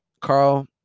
Carl